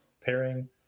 pairing